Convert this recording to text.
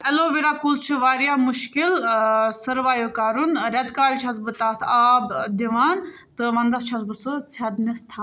allow ویٚرا کُل چھُ وارِیاہ مُشکِل ٲں سٔروایِو کَرُن ریٚتہٕ کالہِ چھَس بہٕ تَتھ آب ٲں دِوان تہٕ وَنٛدَس چھَس بہٕ سُہ ژھیٚدنِس تھا